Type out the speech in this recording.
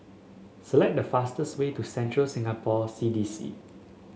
select the fastest way to Central Singapore C D C